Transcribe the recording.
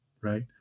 right